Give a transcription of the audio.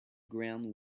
ground